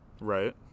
Right